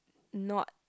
not